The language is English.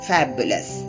Fabulous